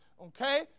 okay